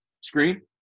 screen